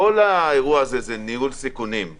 כל האירוע הזה כרוך בניהול סיכונים.